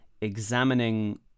examining